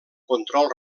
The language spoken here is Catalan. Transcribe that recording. control